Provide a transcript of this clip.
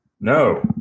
No